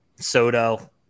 Soto